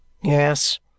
yes